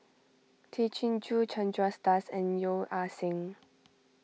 Tay Chin Joo Chandra Das and Yeo Ah Seng